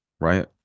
right